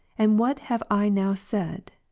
and what have i now said,